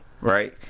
right